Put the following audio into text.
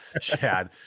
Shad